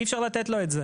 אי אפשר לתת לו את זה.